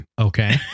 Okay